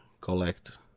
collect